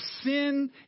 sin